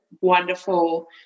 wonderful